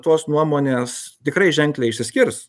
tos nuomonės tikrai ženkliai išsiskirs